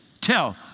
tell